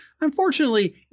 Unfortunately